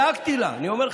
דאגתי לה, אני אומר לך.